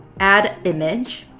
add image.